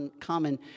common